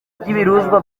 by’ibiruzwa